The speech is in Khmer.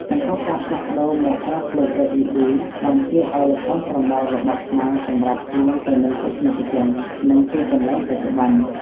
ចំពោះការផ្លាស់ប្តូរមកប្រើភ្លើង LED បានជួយឱ្យល្ខោនស្រមោលរបស់ខ្មែរសម្របខ្លួនទៅនឹងទស្សនិកជន និងទីកន្លែងបច្ចុប្បន្ន។